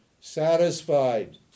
satisfied